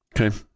Okay